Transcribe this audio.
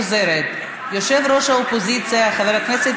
אני חוזרת: יושב-ראש האופוזיציה חבר הכנסת